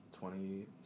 twenty